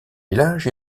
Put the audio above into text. village